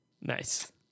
nice